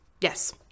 yes